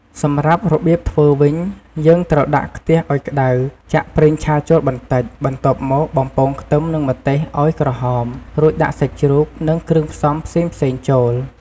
សម្រាប់របៀបធ្វើវិញ យើងត្រូវដាក់ខ្ទះអោយក្តៅ ចាក់ប្រេងឆាចូលបន្តិច បន្ទាប់មកបំពងខ្ទឹមនិងម្ទេសអោយក្រហម រួចដាក់សាច់ជ្រូក និង គ្រឿងផ្សំផ្សេងៗចូល។